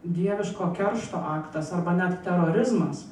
dieviško keršto aktas arba net terorizmas